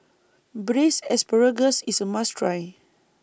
Braised Asparagus IS A must Try